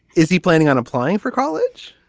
is he planning on applying for college?